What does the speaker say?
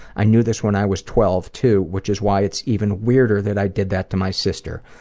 i knew this when i was twelve, too, which is why it's even weirder that i did that to my sister.